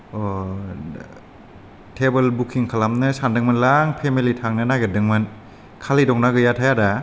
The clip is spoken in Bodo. अ' थेबोल बुकिं खालामनो सानदों मोनलां फेमेलि थांनो नागेरदोंमोन खालि दंना गैया थाय आदा